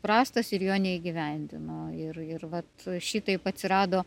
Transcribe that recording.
prastas ir jo neįgyvendino ir ir vat šitaip atsirado